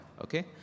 okay